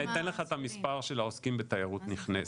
אני אתן לך את המספר של העוסקים בתיירות נכנסת.